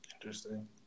Interesting